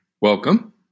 welcome